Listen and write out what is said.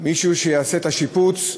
מישהו שיעשה את השיפוץ.